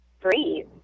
breathe